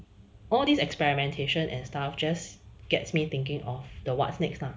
all these experimentation and stuff just gets me thinking of the what's next time